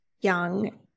young